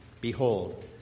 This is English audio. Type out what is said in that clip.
Behold